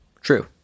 True